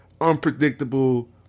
unpredictable